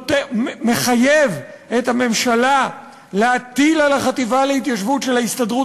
שמחייב את הממשלה להטיל על החטיבה להתיישבות של ההסתדרות